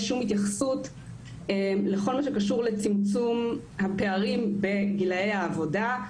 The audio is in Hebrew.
שום התייחסות לכל מה שקשור לצמצום הפערים בגילאי העבודה,